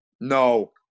No